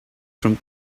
from